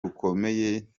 rukomeye